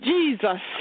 Jesus